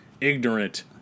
ignorant